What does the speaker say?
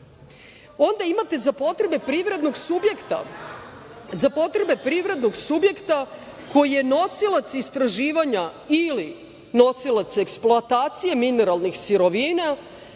bor. Onda imate za potrebe privrednog subjekta koji je nosilac istraživanja ili nosilac eksploatacije mineralnih sirovina